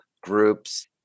groups